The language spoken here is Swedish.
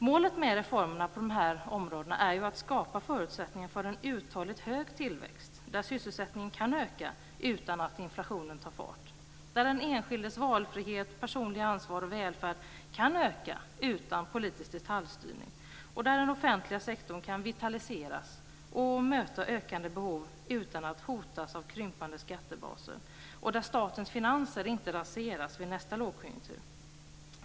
Målet med reformerna på de här områdena är ju att skapa förutsättningar för en uthålligt hög tillväxt där sysselsättningen kan öka utan att inflationen tar fart, där den enskildes valfrihet, personliga ansvar och välfärd kan öka utan politisk detaljstyrning, där den offentliga sektorn kan vitaliseras och möta ökande behov utan att hotas av krympande skattebaser och där statens finanser inte raseras vid nästa lågkonjunktur.